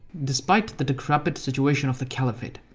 despite the decrepit situation of the caliphate,